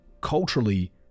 culturally